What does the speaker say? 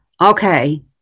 Okay